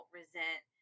resent